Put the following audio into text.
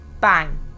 Bang